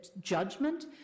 judgment